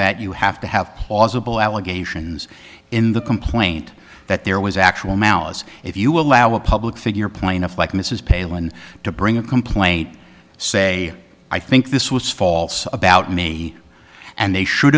that you have to have plausible allegations in the complaint that there was actual malice if you allow a public figure plaintiff like mrs pailin to bring a complaint say i think this was false about me and they should